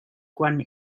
quan